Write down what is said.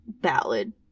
ballad